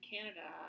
Canada